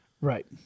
right